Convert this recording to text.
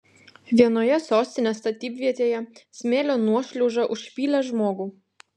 vienoje sostinės statybvietėje smėlio nuošliauža užpylė žmogų